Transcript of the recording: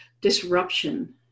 disruption